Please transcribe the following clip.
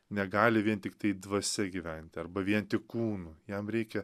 negali vien tiktai dvasia gyvent arba vien tik kūnu jam reikia